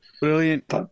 Brilliant